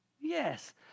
Yes